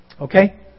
Okay